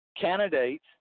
candidates